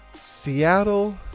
Seattle